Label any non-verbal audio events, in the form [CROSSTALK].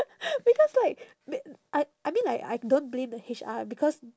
[NOISE] because like be~ I I mean like I don't blame the H_R because